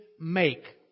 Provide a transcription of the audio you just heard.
make